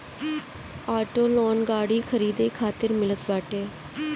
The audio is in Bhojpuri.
ऑटो लोन गाड़ी खरीदे खातिर मिलत बाटे